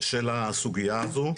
של הסוגיה הזו.